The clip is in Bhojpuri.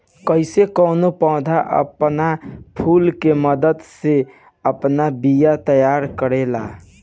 कइसे कौनो पौधा आपन फूल के मदद से आपन बिया तैयार करेला